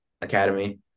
Academy